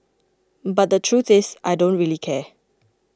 but the truth is I don't really care